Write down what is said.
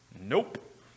nope